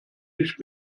nicht